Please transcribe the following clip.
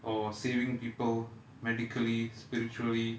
or saving people medically spiritually